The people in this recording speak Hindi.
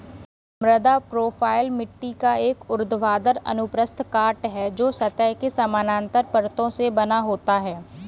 मृदा प्रोफ़ाइल मिट्टी का एक ऊर्ध्वाधर अनुप्रस्थ काट है, जो सतह के समानांतर परतों से बना होता है